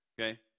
Okay